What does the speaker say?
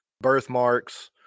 birthmarks